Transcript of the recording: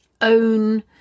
own